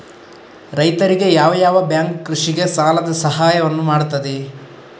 ರೈತರಿಗೆ ಯಾವ ಯಾವ ಬ್ಯಾಂಕ್ ಕೃಷಿಗೆ ಸಾಲದ ಸಹಾಯವನ್ನು ಮಾಡ್ತದೆ?